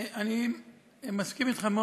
אני מסכים אתך מאוד,